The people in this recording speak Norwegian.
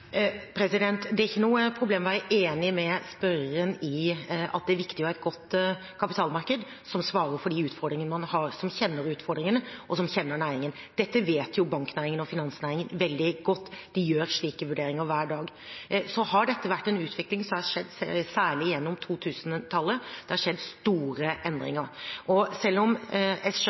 Det er ikke noe problem å være enig med spørreren i at det er viktig å ha et godt kapitalmarked som svarer på utfordringene man har, som kjenner utfordringene, og som kjenner næringen. Dette vet jo banknæringen og finansnæringen veldig godt, de gjør slike vurderinger hver dag. Så har dette vært en utvikling som har skjedd særlig gjennom 2000-tallet. Det har skjedd store endringer. Og jeg skjønner at det er vanskelig å forstå for mange at selv om